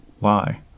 lie